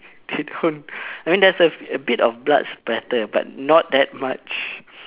I mean there's a bit of blood splatter but not that much